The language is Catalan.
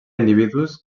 individus